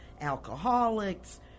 alcoholics